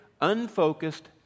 unfocused